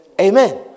Amen